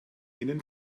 innen